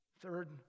Third